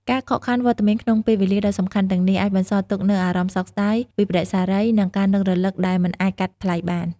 ការខកខានវត្តមានក្នុងពេលវេលាដ៏សំខាន់ទាំងនេះ អាចបន្សល់ទុកនូវអារម្មណ៍សោកស្ដាយ វិប្បដិសារី និងការនឹករលឹកដែលមិនអាចកាត់ថ្លៃបាន។